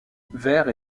vert